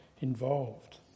involved